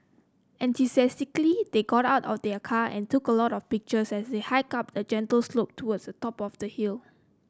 enthusiastically they got out of their car and took a lot of pictures as they hiked up a gentle slope towards the top of the hill